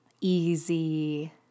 easy